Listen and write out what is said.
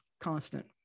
constant